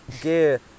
gear